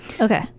Okay